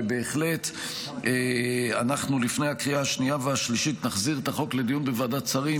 ובהחלט לפני הקריאה השנייה והשלישית נחזיר את החוק לדיון בוועדת שרים,